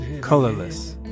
colorless